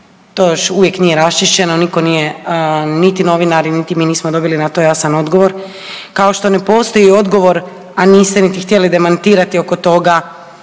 to još uvijek nije raščišćeno niko nije niti novinari niti mi na to dobili jasan odgovor, kao što ne postoji odgovor a niste niti htjeli demantirati oko toga